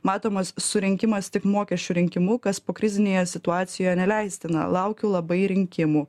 matomas surinkimas tik mokesčių rinkimu kas pokrizinėje situacijoje neleistina laukiu labai rinkimų